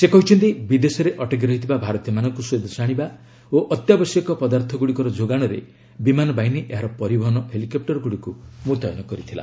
ସେ କହିଛନ୍ତି ବିଦେଶରେ ଅଟକି ରହିଥିବା ଭାରତୀୟମାନଙ୍କୁ ସ୍ପଦେଶ ଆଶିବା ଓ ଅତ୍ୟାବଶ୍ୟକ ପଦାର୍ଥଗୁଡ଼ିକର ଯୋଗାଣରେ ବିମାନ ବାହିନୀ ଏହାର ପରିବହନ ହେଲିକପ୍ଟରଗୁଡ଼ିକୁ ମୁତୟନ କରିଥିଲା